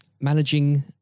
managing